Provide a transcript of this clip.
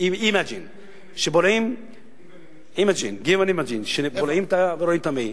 Given Imaging, שבולעים ורואים את המעי.